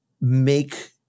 make